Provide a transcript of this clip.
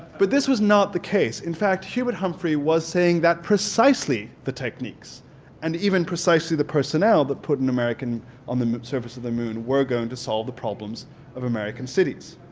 but this was not the case. in fact hubert humphrey was saying that precisely the techniques and even precisely the personnel that put an american on the surface of the moon were going to solve the problems of american cities.